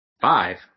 five